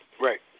Right